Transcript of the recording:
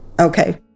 Okay